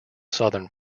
southern